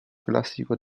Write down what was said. classico